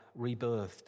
rebirthed